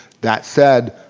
that said